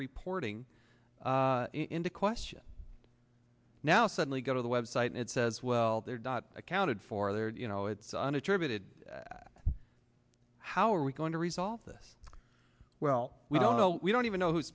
reporting into question now suddenly go to the web site and it says well they're not accounted for there you know it's unattributed how are we going to resolve this well we don't know we don't even know who's